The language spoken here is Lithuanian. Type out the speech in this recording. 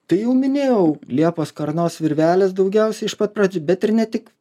tai jau minėjau liepos karnos virvelės daugiausia iš pat pradžių bet ir ne tik